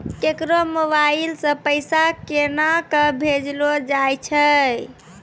केकरो मोबाइल सऽ पैसा केनक भेजलो जाय छै?